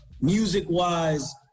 Music-wise